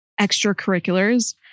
extracurriculars